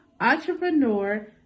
entrepreneur